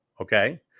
okay